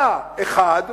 היה 1%,